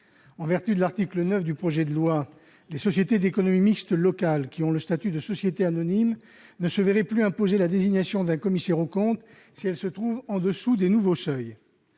En vertu de l'article 9 du présent texte, les sociétés d'économie mixte locales qui ont le statut de société anonyme ne se verraient plus imposer la désignation d'un commissaire aux comptes si elles se trouvent en deçà des nouveaux seuils.